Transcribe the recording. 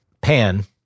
pan